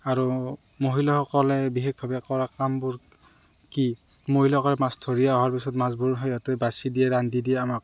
আৰু মহিলাসকলে বিশেষভাৱে কৰা কামবোৰ কি মহিলাসকলে মাছ ধৰি হোৱাৰ পিছত মাছবোৰ সিহঁতে বাছি দিয়ে ৰান্ধ দিয়ে আমাক